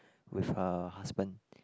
with her husband